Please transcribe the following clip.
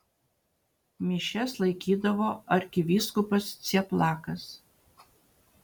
mišias laikydavo arkivyskupas cieplakas